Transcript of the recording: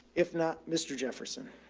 if not mr. jefferson,